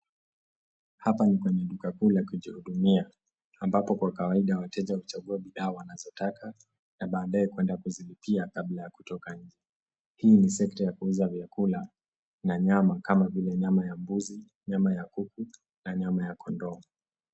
Hapa ni kwenye duka kuu la kujihudumia, ambapo kwa kawaida, wateja huchagua bidhaa wanazotaka, na baadaye kuzilipia, kabla ya kutoka nje, hii ni sekta ya kuuza vyakula, na nyama, kama vile nyama ya mbuzi, nyama ya kuku, na nyama ya kondoo.